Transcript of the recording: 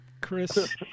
chris